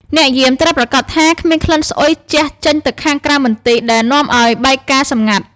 អ្នកយាមត្រូវប្រាកដថាគ្មានក្លិនស្អុយជះចេញទៅខាងក្រៅមន្ទីរ ដែលនាំឱ្យបែកការណ៍សម្ងាត់។